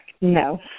No